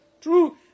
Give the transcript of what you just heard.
True